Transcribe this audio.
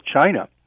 China